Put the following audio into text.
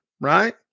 right